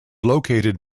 located